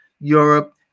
Europe